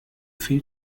viel